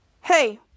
Hey